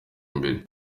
imbere